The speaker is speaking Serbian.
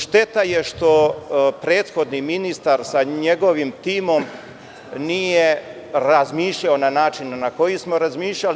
Šteta je što prethodni ministar sa njegovim timom nije razmišljao na način na koji smo razmišljali.